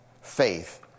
faith